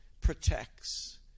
protects